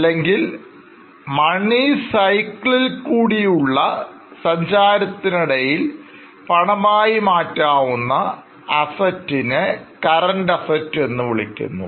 അല്ലെങ്കിൽ മണിസൈക്കിളിൽ കൂടിയുള്ള ഉള്ള സഞ്ചാരത്തിനിടയിൽ പണമായി മാറ്റാവുന്ന Assets നെCurrent Assetsഎന്നു വിളിക്കുന്നു